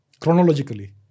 chronologically